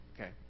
okay